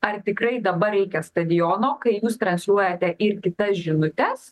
ar tikrai dabar reikia stadiono kai jūs stresuojate ir kitas žinutes